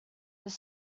that